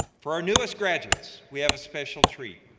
for our newest graduates, we have a special treat.